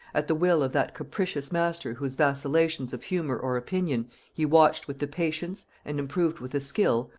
at the will of that capricious master whose vacillations of humor or opinion he watched with the patience, and improved with the skill,